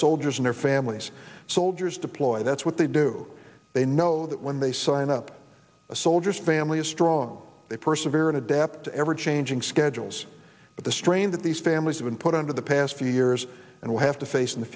soldiers and their families soldiers deployed that's what they do they know that when they sign up a soldier's family is strong they persevered adapt to ever changing schedules but the strain that these families have been put under the past few years and will have to face in the